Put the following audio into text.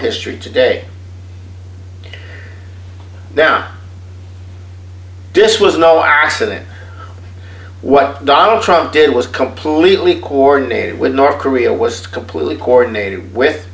history today down this was no our accident what donald trump did was completely coordinated with north korea was completely coordinated with